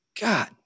God